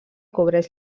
cobreix